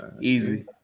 Easy